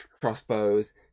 crossbows